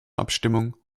abstimmung